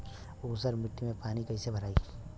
ऊसर मिट्टी में पानी कईसे भराई?